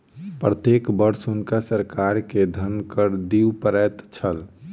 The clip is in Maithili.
प्रत्येक वर्ष हुनका सरकार के धन कर दिअ पड़ैत छल